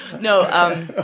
No